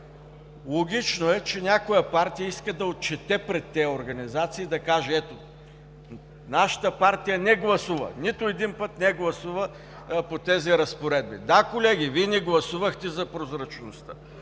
Логично е, че някоя партия иска да се отчете пред тези организации и да каже: „Ето нашата партия не гласува, нито един път не гласува по тези разпоредби“. Да, колеги, Вие не гласувахте за прозрачността.